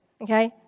Okay